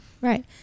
Right